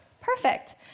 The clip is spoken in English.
Perfect